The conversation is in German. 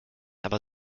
aber